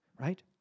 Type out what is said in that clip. right